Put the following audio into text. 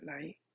night